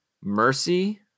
Mercy